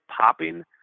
popping